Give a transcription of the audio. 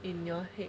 in your head